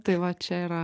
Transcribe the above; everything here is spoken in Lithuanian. tai va čia yra